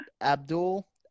Abdul